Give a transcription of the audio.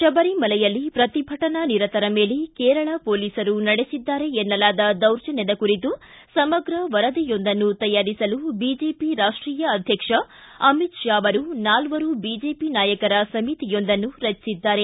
ಶಬರಿಮಲೆಯಲ್ಲಿ ಪ್ರತಿಭಟನಾನಿರತರ ಮೇಲೆ ಕೇರಳ ಮೊಲೀಸರು ನಡೆಸಿದ್ದಾರೆ ಎನ್ನಲಾದ ದೌರ್ಜನ್ನದ ಕುರಿತು ಸಮಗ್ರ ವರದಿಯೊಂದನ್ನು ತಯಾರಿಸಲು ಬಿಜೆಪಿ ರಾಷ್ಷೀಯ ಅಧ್ಯಕ್ಷ ಅಮಿತ್ ಶಾ ಅವರು ನಾಲ್ವರು ಬಿಜೆಪಿ ನಾಯಕರ ಸಮಿತಿಯೊಂದನ್ನು ರಚಿಸಿದ್ದಾರೆ